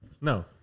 No